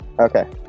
Okay